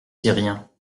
syriens